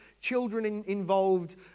children-involved